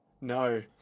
no